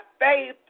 faith